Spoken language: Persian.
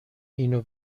اینو